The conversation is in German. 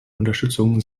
unterstützung